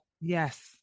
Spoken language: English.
Yes